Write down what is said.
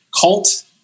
cult